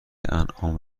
انعام